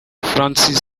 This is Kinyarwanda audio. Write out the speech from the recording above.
françois